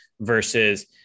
versus